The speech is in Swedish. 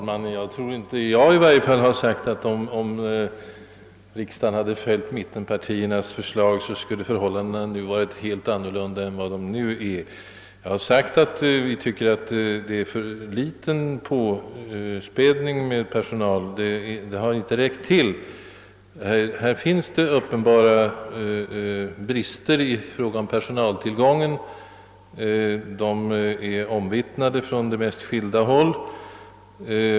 Herr talman! Jag har i varje fall aldrig sagt, att om riksdagen hade följt mittenpartiernas förslag till polisens upprustning, så skulle förhållandena nu ha varit helt annorlunda. Jag har sagt att vi tycker att utökningen av polispersonalen har varit för liten. Insatserna har inte räckt till. Det finns uppenbara brister i personaltillgången. Det har ju också omvittnats från de mest skilda håll.